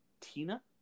Tina